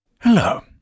Hello